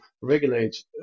regulate